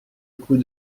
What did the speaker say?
coup